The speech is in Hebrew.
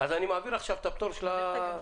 אני מעביר עכשיו את הפטור של הגגות.